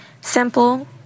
simple